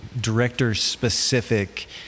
director-specific